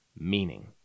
meaning